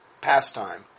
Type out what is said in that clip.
pastime